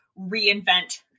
reinvent